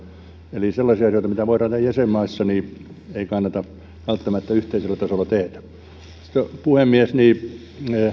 eli sellaisia asioita mitä voidaan tehdä jäsenmaissa ei kannata välttämättä yhteisellä tasolla tehdä arvoisa puhemies